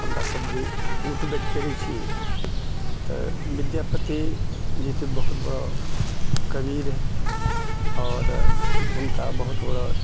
हमरा सब जे उठ बैठ करए छिऐ तऽ विद्यापतिजी तऽ बहुत बड़ा कवि रहए आओर हुनका बहुत बड़ा